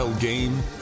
Game